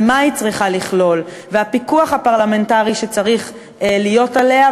מה היא צריכה לכלול ואיזה פיקוח פרלמנטרי צריך להיות עליה.